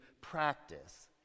practice